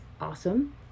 awesome